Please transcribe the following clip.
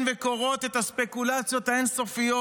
וקוראות את הספקולציות האין-סופיות,